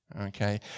okay